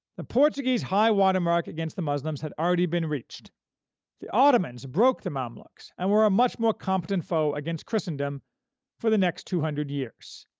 the portuguese high-water mark against the muslims had already been reached the ottomans broke the mamluks and were a much more competent foe against christendom for the next two hundred years.